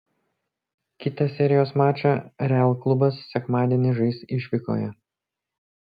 kitą serijos mačą real klubas sekmadienį žais išvykoje